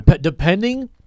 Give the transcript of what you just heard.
depending